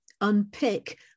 unpick